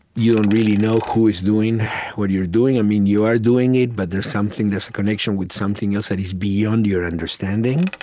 you don't really know who is doing what you're doing. i mean, you are doing it, but there's something, there's a connection with something else that is beyond your understanding.